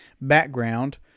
background